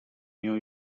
new